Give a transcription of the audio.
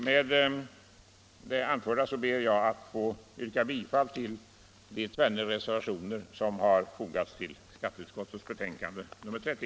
Med det anförda ber jag att få yrka bifall till de tvenne reservationer som har fogats till skatteutskottets betänkande nr 30.